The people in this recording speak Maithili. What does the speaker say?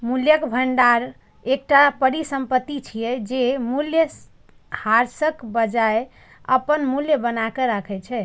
मूल्यक भंडार एकटा परिसंपत्ति छियै, जे मूल्यह्रासक बजाय अपन मूल्य बनाके राखै छै